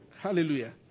Hallelujah